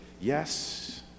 yes